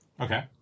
Okay